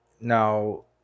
Now